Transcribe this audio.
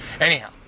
Anyhow